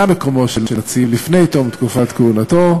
מקומו של הנציב לפני תום תקופת כהונתו,